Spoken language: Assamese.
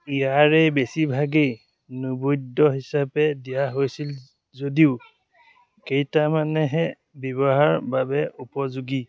ইয়াৰে বেছিভাগেই নৈবেদ্য হিচাপে দিয়া হৈছিল যদিও কেইটামানহে ব্যৱহাৰৰ বাবে উপযোগী